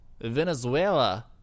Venezuela